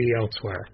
elsewhere